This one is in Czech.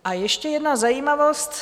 A ještě jedna zajímavost.